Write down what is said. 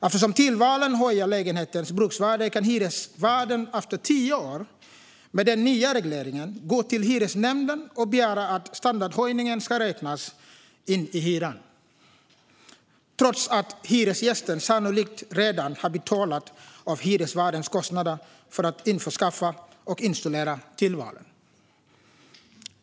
Eftersom tillvalen höjer lägenhetens bruksvärde kan hyresvärden efter tio år med den nya regleringen gå till hyresnämnden och begära att standardhöjningen ska räknas in i hyran, trots att hyresgästen sannolikt redan har betalat av hyresvärdens kostnader för att införskaffa och installera tillvalen.